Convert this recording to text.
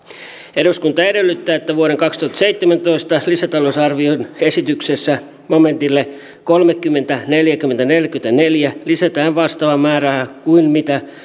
eduskunta edellyttää että vuoden kaksituhattaseitsemäntoista lisätalousarvioesityksessä momentille kolmekymmentä neljäkymmentä neljäkymmentäneljä lisätään vastaava määräraha kuin mitä